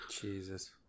Jesus